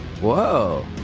Whoa